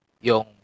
yung